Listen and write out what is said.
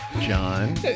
John